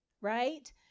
right